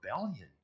rebellion